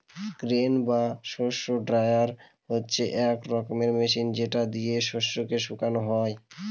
grain বা শস্য dryer হচ্ছে এক রকমের মেশিন যেটা দিয়ে শস্যকে শুকানো যায়